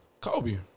Kobe